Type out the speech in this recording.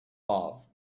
love